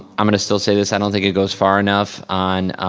i'm gonna still say this, i don't think it goes far enough on